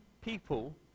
people